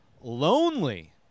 lonely